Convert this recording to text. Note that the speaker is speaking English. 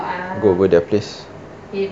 go over their place